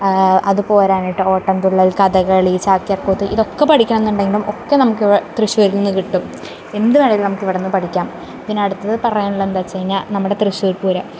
അത് പോരാഞ്ഞിട്ട് ഓട്ടംതുള്ളൽ കഥകളി ചാക്യാർകൂത്ത് ഇതൊക്കെ പഠിക്കണമെന്ന് ഉണ്ടെങ്കിലും ഇതൊക്കെ നമുക്ക് തൃശ്ശൂരിന്ന് കിട്ടും എന്ത് വേണമെങ്കിലും നമുക്ക് ഇവിടെ നിന്ന് പഠിക്കാം പിന്നെ അടുത്തത് പറയാൻ ഉള്ളത് എന്താന്ന് വെച്ച് കഴിഞ്ഞാൽ നമ്മുടെ തൃശ്ശൂർ പൂരം